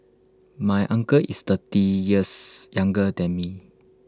my uncle is thirty years younger than me